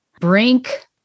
brink